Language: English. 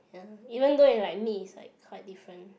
ya even though if like meet it's like quite different